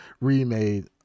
remade